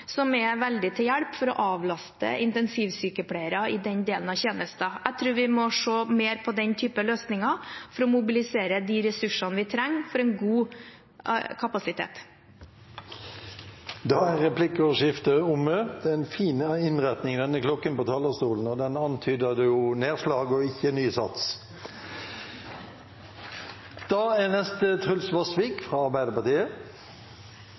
som er veldig til hjelp for å avlaste intensivsykepleiere i den delen av tjenesten. Jeg tror vi må se mer på den typen løsninger for å mobilisere de ressursene vi trenger for å ha en god kapasitet. Replikkordskiftet er omme. De talere som heretter får ordet, har også en taletid på inntil 3 minutter. Jeg har lært at man ikke